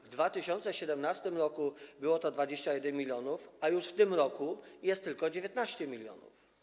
W 2017 r. było to 21 mln, a w tym roku jest tylko 19 mln.